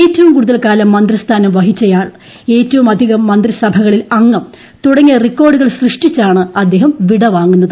ഏറ്റവും കൂടുതൽ കാലം മന്ത്രിസ്ഥാനം വഹിച്ചയാൾ ഏറ്റവും അധികം മന്ത്രിസഭകളിൽ അംഗം തുടങ്ങിയ റിക്കാർഡുകൾ സൃഷ്ടിച്ചാണ് അദ്ദേഹം വിടവാങ്ങുന്നത്